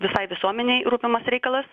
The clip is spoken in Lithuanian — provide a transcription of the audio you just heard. visai visuomenei rūpimas reikalas